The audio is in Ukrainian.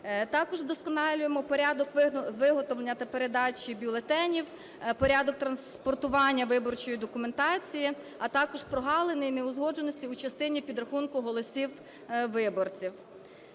Також вдосконалюємо порядок виготовлення та передачі бюлетенів, порядок транспортування виборчої документації, а також прогалини і неузгодженості у частині підрахунку голосів виборців.